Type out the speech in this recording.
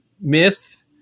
myth